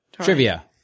trivia